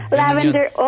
lavender